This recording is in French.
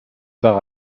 par